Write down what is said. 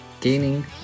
Gaining